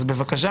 אז בבקשה.